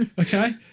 okay